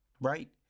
right